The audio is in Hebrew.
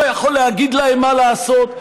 לא יכול להגיד להם מה לעשות,